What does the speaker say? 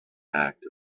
act